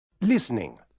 Listening